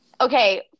Okay